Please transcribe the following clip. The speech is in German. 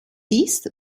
ist